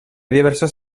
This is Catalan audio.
diversos